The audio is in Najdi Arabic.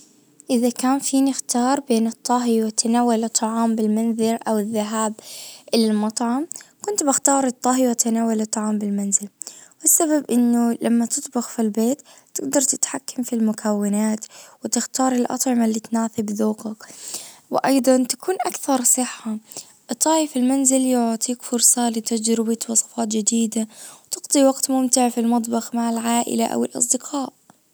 اذا كان فيني اختار بين الطهي وتناول الطعام بالمنزل او الذهاب الى المطعم. كنت بختار الطهي وتناول الطعام بالمنزل بسبب انه لما تطبخ في البيت تقدر تتحكم في المكونات وتختار الاطعمة اللي بتناسب ذوقك وايضاً تكون اكثر صحة في المنزل يعطيك فرصة لتجربة وصفات جديدة في وقت ممتع في المطبخ مع العائلة او الاصدقاء.